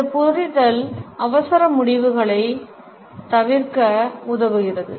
இந்த புரிதல் அவசர முடிவுகளை தவிர்க்க உதவுகிறது